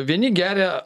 vieni geria